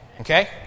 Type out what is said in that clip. Okay